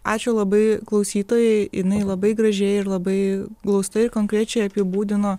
ačiū labai klausytojai jinai labai gražiai ir labai glaustai ir konkrečiai apibūdino